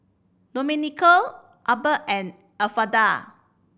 Domenico Abbey and Elfreda